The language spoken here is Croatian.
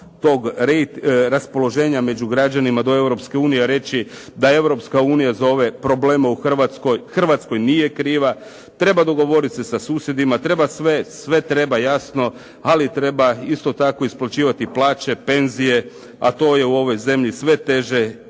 tog raspoloženja među građanima do Europske unije reći da Europska unija zove probleme u Hrvatskoj Hrvatskoj nije kriva. Treba dogovoriti se sa susjedima, treba sve, sve treba jasno, ali treba isto tako isplaćivati plaće, penzije, a to je u ovoj zemlji sve teže